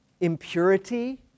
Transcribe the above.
impurity